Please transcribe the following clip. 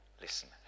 listen